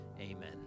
Amen